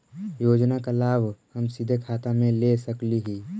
योजना का लाभ का हम सीधे खाता में ले सकली ही?